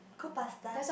cook pasta